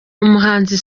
umuhanzi